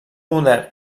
modern